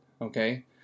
okay